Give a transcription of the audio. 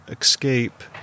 escape